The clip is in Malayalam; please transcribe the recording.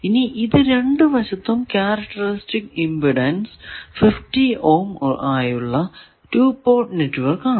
ഇനി ഇത് രണ്ടു വശത്തും ക്യാരക്റ്ററിസ്റ്റിക് ഇമ്പിഡൻസ് 50 ഓം ആയുള്ള 2 പോർട്ട് നെറ്റ്വർക്ക് ആണ്